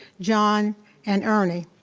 john and ernie,